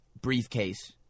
briefcase